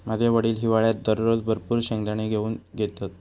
माझे वडील हिवाळ्यात दररोज भरपूर शेंगदाने घेऊन येतत